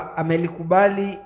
amelikubali